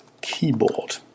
keyboard